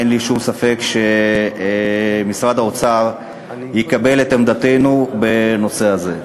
אין לי שום ספק שמשרד האוצר יקבל את עמדתנו בנושא הזה.